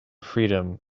freedom